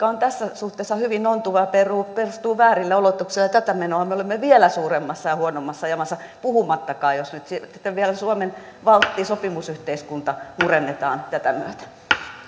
on tässä suhteessa hyvin ontuvaa ja perustuu väärille oletuksille ja tätä menoa me olemme vielä suuremmassa ja huonommassa jamassa puhumattakaan että jos sitten vielä suomen valtti sopimusyhteiskunta murennetaan tätä myötä